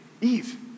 Eve